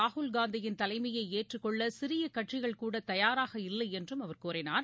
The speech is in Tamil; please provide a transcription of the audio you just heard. ராகுல் காந்தியின் தலைமையை ஏற்றுக்கொள்ள சிறிய கட்சிகள் கூட தயாராக இல்லை என்றும் அவர் கூறினார்